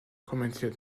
kommentiert